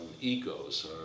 egos